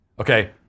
Okay